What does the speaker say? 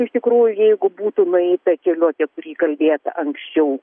iš tikrųjų jeigu būtų nueita keliu apie kurį kalbėta anksčiau